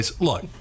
look